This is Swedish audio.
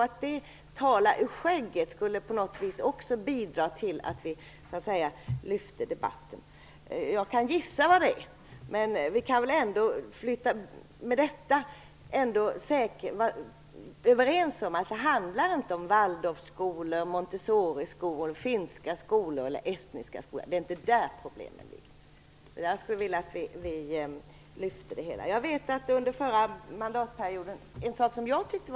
Att tala ur skägget skulle också på något vis bidra till att lyfta debatten. Jag kan gissa vad det är Ylva Johansson menar. Vi kan väl ändå vara överens om att det inte handlar om Estniska skolan. Det är inte där problemen ligger. Jag skulle vilja att vi lyfte debatten. Jag vet ett fall som jag tyckte var ett problem under förra mandatperioden.